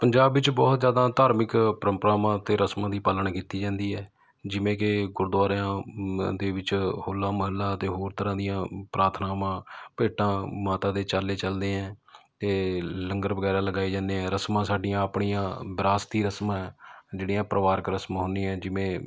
ਪੰਜਾਬ ਵਿੱਚ ਬਹੁਤ ਜ਼ਿਆਦਾ ਧਾਰਮਿਕ ਪਰੰਪਰਾਵਾਂ ਅਤੇ ਰਸਮਾਂ ਦੀ ਪਾਲਣਾ ਕੀਤੀ ਜਾਂਦੀ ਹੈ ਜਿਵੇਂ ਕਿ ਗੁਰਦੁਆਰਿਆਂ ਦੇ ਵਿੱਚ ਹੋਲਾ ਮਹੱਲਾ ਅਤੇ ਹੋਰ ਤਰ੍ਹਾਂ ਦੀਆਂ ਪ੍ਰਾਰਥਨਾਵਾਂ ਭੇਟਾਂ ਮਾਤਾ ਦੇ ਚਾਲੇ ਚੱਲਦੇ ਹੈ ਅਤੇ ਲੰਗਰ ਵਗੈਰਾ ਲਗਾਏ ਜਾਂਦੇ ਹੈ ਰਸਮਾਂ ਸਾਡੀਆਂ ਆਪਣੀਆਂ ਵਿਰਾਸਤੀ ਰਸਮਾਂ ਜਿਹੜੀਆਂ ਪਰਿਵਾਰਕ ਰਸਮਾਂ ਹੁੰਦੀਆਂ ਜਿਵੇਂ